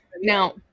Now